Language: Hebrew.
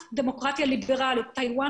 אף דמוקרטיה ליברלית ומבחינתי טאיוון